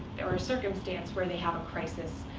or a circumstance where they have a crisis,